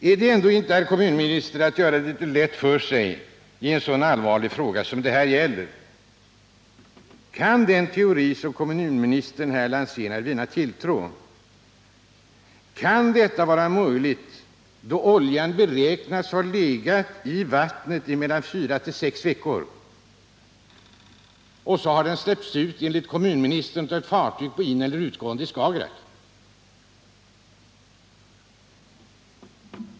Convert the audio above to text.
Är det inte, herr kommunminister, ändå att göra det litet för lätt för sig i en så allvarlig fråga som den det här gäller? Kan den teori som kommunministern här lanserar vinna tilltro? Kan den vara möjlig, då oljan beräknas ha legat i vattnet mellan fyra och sex veckor? Den har alltså enligt kommunministern släppts ut från ett fartyg på ineller utgående i Skagerack.